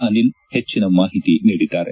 ಅನಿಲ್ ಹೆಚ್ಚಿನ ಮಾಹಿತಿ ನೀಡಿದ್ದಾರೆ